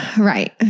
Right